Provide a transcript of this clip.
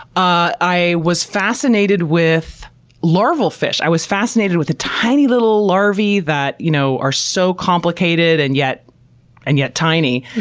ah i was fascinated with larval fish. i was fascinated with the tiny little larvae that you know are so complicated and yet and yet tiny.